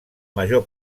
major